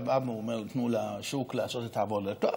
אתה בא ואומר: תנו לשוק לעשות את עבודתו?